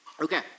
Okay